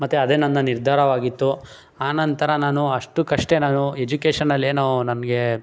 ಮತ್ತು ಅದೇ ನನ್ನ ನಿರ್ಧಾರವಾಗಿತ್ತು ಆ ನಂತರ ನಾನು ಅಷ್ಟಕ್ಕಷ್ಟೇ ನಾನು ಎಜುಕೇಷನಲ್ಲೇನೂ ನನಗೆ